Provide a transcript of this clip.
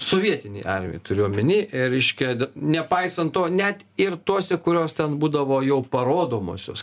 sovietinėj armijoj turiu omeny i reiškia nepaisant to net ir tose kurios ten būdavo jau parodomosios